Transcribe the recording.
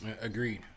Agreed